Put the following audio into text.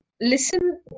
listen